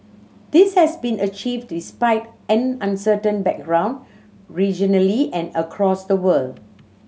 this has been achieved despite an uncertain background regionally and across the world